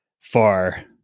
far